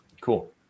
cool